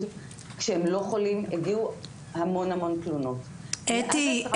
כשהם לא חולים הגיעו המון תלונות --- אתי,